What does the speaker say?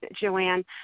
Joanne